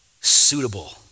suitable